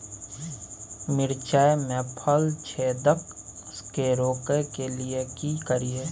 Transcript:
मिर्चाय मे फल छेदक के रोकय के लिये की करियै?